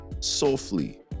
softly